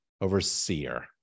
overseer